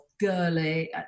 girly